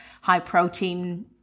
high-protein